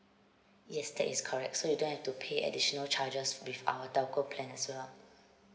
yes that is correct so you don't have to pay additional charges with our telco plan as well